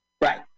right